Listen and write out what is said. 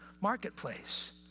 marketplace